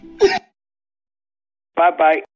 Bye-bye